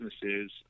businesses